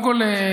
קודם כול,